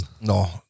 No